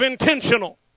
intentional